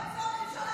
לא --- כל היום.